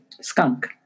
Skunk